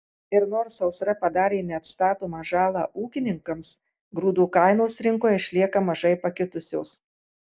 ir nors sausra padarė neatstatomą žalą ūkininkams grūdų kainos rinkoje išlieka mažai pakitusios